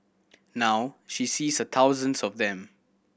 now she sees thousands of them